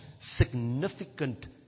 significant